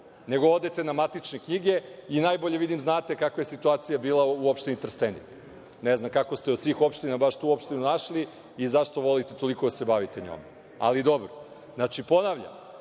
Nego odete na matične knjige i, najbolje vidim znate, kakva je situacija bila u opštini Trstenik. Ne znam kako ste od svih opština baš tu opštinu našli i zašto volite toliko da se bavite njom, ali dobro. Ponavljam,